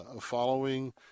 following